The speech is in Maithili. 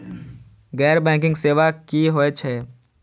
गैर बैंकिंग सेवा की होय छेय?